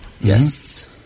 Yes